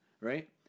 Right